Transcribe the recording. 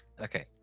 Okay